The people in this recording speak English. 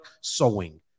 sewing